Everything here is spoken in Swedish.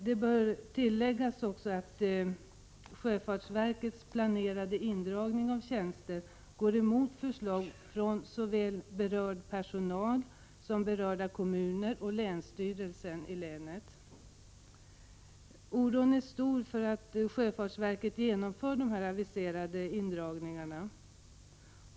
Det bör också tilläggas att sjöfartsverkets planerade indragning av tjänster går emot förslag från såväl berörd personal som berörda kommuner och länsstyrelser. Oron är stor för att sjöfartsverket genomför de aviserade indragningarna.